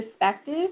perspective